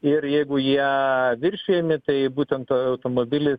ir jeigu jie viršijami tai būtent automobilis